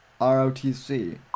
ROTC